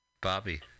Bobby